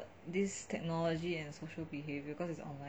this technology and social behaviour cause it's online